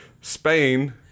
Spain